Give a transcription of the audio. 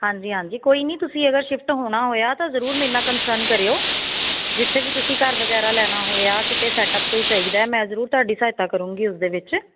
ਹਾਂਜੀ ਹਾਂਜੀ ਕੋਈ ਨਹੀਂ ਤੁਸੀਂ ਅਗਰ ਸ਼ਿਫਟ ਹੋਣਾ ਹੋਇਆ ਤਾਂ ਜ਼ਰੂਰ ਮੇਰੇ ਨਾਲ ਕੰਸਰਨ ਕਰਿਓ ਜਿੱਥੇ ਵੀ ਤੁਸੀਂ ਘਰ ਵਗੈਰਾ ਲੈਣਾ ਹੋਇਆ ਕਿਤੇ ਸੈਟਅਪ ਕੋਈ ਚਾਹੀਦਾ ਮੈਂ ਜ਼ਰੂਰ ਤੁਹਾਡੀ ਸਹਾਇਤਾ ਕਰੂੰਗੀ ਉਸ ਦੇ ਵਿੱਚ